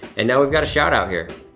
and now we've got a shout-out here,